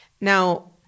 Now